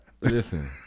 Listen